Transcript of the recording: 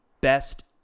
best